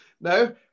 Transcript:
No